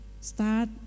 start